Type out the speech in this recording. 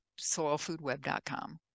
SoilFoodWeb.com